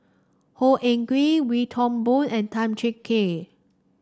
Khor Ean Ghee Wee Toon Boon and Tan Cheng Kee